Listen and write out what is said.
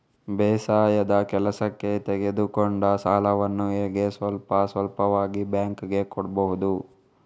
ಬೇಸಾಯದ ಕೆಲಸಕ್ಕೆ ತೆಗೆದುಕೊಂಡ ಸಾಲವನ್ನು ಹೇಗೆ ಸ್ವಲ್ಪ ಸ್ವಲ್ಪವಾಗಿ ಬ್ಯಾಂಕ್ ಗೆ ಕೊಡಬಹುದು?